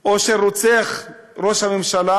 או של רוצח ראש הממשלה,